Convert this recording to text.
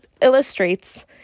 illustrates